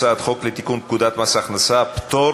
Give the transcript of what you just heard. הצעת חוק לתיקון פקודת מס הכנסה (פטור